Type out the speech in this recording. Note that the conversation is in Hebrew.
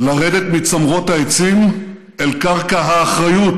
לרדת מצמרות העצים אל קרקע האחריות,